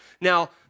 Now